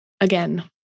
again